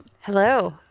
Hello